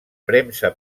premsa